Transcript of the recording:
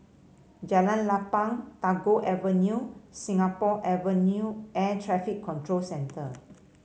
Jalan Lapang Tagore Avenue Singapore Avenue Air Traffic Control Centre